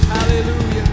Hallelujah